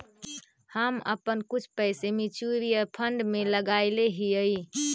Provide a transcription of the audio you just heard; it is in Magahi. हम अपन कुछ पैसे म्यूचुअल फंड में लगायले हियई